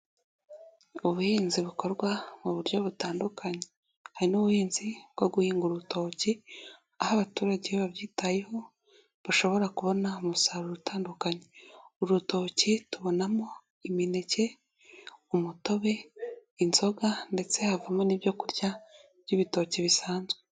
Ubuhinzi bukorwa mu buryo butandukanye, hari n'ubuhinzi bwo guhinga urutoki, aho abaturage babyitayeho bashobora kubona umusaruro utandukanye. Urutoki tubonamo imineke, umutobe, inzoga ndetse havamo n'ibyokurya by'ibitoki bisanzwe.